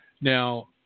Now